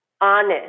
honest